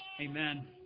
Amen